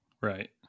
Right